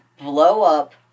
blow-up